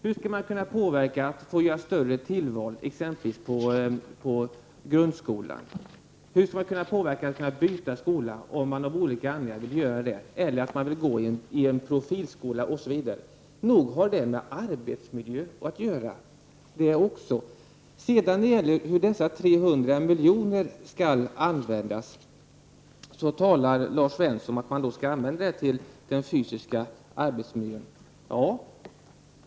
Hur skall man kunna få större tillval exempelvis i grundskolan? Hur skall man kunna påverka om man vill byta skola av någon anledning eller vill gå i en profilskola osv.? Nog har detta med arbetsmiljön att göra. Lars Svensson talar om att dessa 300 miljoner skall användas för den fysiska arbetsmiljön.